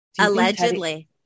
Allegedly